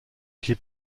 keep